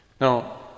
Now